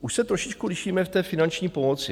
Už se trošičku lišíme v té finanční pomoci.